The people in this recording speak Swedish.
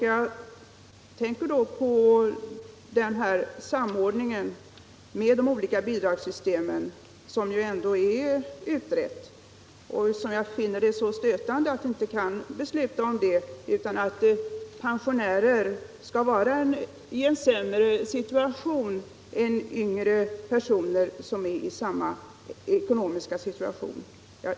Jag tänker då på samordningen av de olika bidragssystemen, som är utredd. Jag finner det stötande att vi inte kan besluta om detta och att vi skall låta pensionärerna vara i en sämre situation än yngre personer i samma ekonomiska läge.